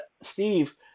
Steve